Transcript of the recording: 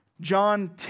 John